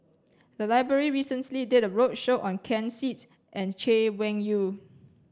the library recently did a roadshow on Ken Seet and Chay Weng Yew